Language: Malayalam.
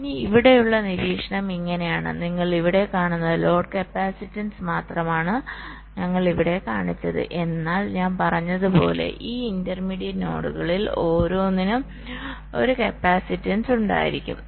ഇനി ഇവിടെയുള്ള നിരീക്ഷണം ഇങ്ങനെയാണ് നിങ്ങൾ ഇവിടെ കാണുന്നത് ലോഡ് കപ്പാസിറ്റൻസ് മാത്രമാണ് ഞങ്ങൾ ഇവിടെ കാണിച്ചത് എന്നാൽ ഞാൻ പറഞ്ഞതുപോലെ ഈ ഇന്റർമീഡിയറ്റ് നോഡുകളിൽ ഓരോന്നിനും ഒരു കപ്പാസിറ്റൻസ് ഉണ്ടായിരിക്കും